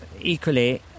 equally